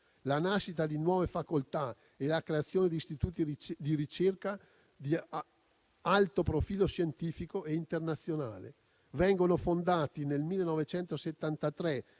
la nascita di nuove facoltà e la creazione di istituti di ricerca di alto profilo scientifico e internazionale. Vengono fondati nel 1973